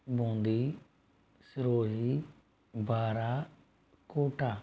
Bundi Sirohi Bara Kota